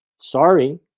sorry